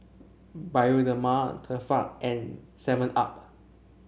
Bioderma Tefal and Seven Up